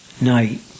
night